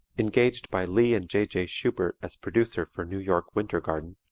engaged by lee and j j. shubert as producer for new york winter garden,